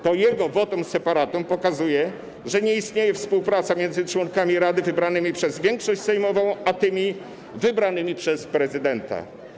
To jego wotum separatum pokazuje, że nie istnieje współpraca między członkami rady wybranymi przez większość sejmową a tymi wybranymi przez prezydenta.